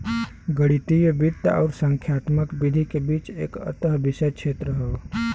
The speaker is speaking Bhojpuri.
गणितीय वित्त आउर संख्यात्मक विधि के बीच एक अंतःविषय क्षेत्र हौ